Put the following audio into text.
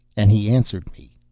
and he answered me,